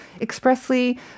expressly